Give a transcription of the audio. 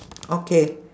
okay